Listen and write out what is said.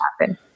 happen